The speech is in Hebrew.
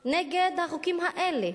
נגד החוקים האלה.